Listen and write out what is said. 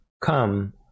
come